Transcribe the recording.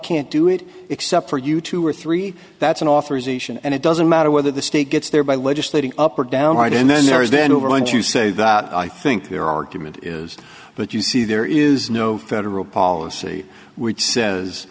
can't do it except for you two or three that's an authorization and it doesn't matter whether the state gets there by legislating up or down right and then there is then we're going to say that i think the argument is but you see there is no federal policy which says